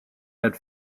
had